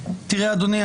אדוני,